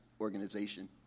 organization